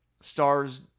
stars